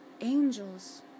angels